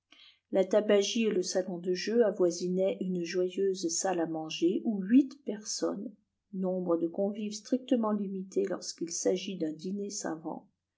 la tabagie et le salon de jeu avoisinaient une joyeuse salle à manger où huit personnes nombre de convives strictement limité lorsqu'il s'agit d'un dîner savant